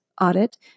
audit